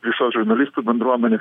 visos žurnalistų bendruomenės